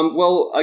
well, ah